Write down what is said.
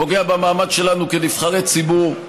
פוגע במעמד שלנו כנבחרי ציבור.